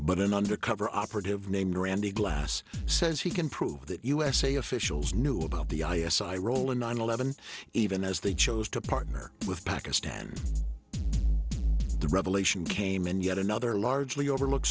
but an undercover operative named randy glass says he can prove that usa officials knew about the i s i role in nine eleven even as they chose to partner with pakistan the revelation came in yet another largely overlooked